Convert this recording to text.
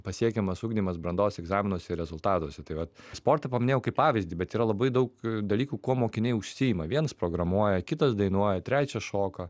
pasiekiamas ugdymas brandos egzaminuose ir rezultatuose tai va sportą paminėjau kaip pavyzdį bet yra labai daug dalykų kuo mokiniai užsiima vienas programuoja kitas dainuoja trečias šoka